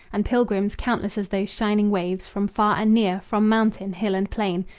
and pilgrims countless as those shining waves, from far and near, from mountain, hill and plain,